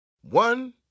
One